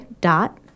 dot